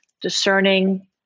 Discerning